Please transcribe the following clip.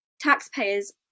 Taxpayers